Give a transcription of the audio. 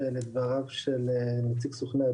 חברים,